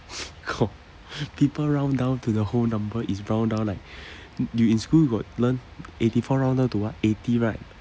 oh people round down to the whole number is round down like you in school got learn eighty four round down to what eighty right